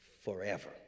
Forever